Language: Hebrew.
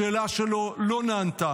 השאלה שלו לא נענתה.